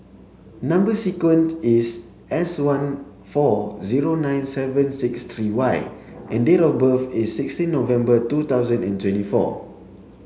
number sequence is S one four zero nine seven six three Y and date of birth is sixteen November two thousand and twenty four